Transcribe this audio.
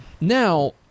Now